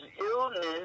illness